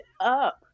up